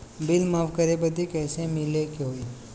Bill माफ करे बदी कैसे मिले के होई?